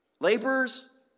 laborers